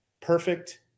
Perfect